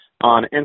On